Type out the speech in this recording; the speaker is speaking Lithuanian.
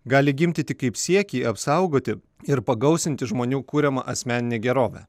gali gimti tik kaip siekiai apsaugoti ir pagausinti žmonių kuriamą asmeninę gerovę